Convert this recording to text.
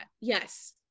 Yes